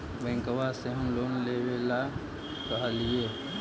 बैंकवा से हम लोन लेवेल कहलिऐ?